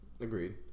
Agreed